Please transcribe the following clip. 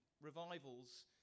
revivals